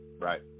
Right